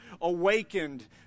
awakened